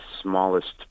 smallest